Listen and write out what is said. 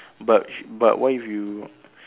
but what if you